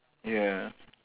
ya